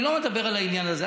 אני לא מדבר על העניין הזה.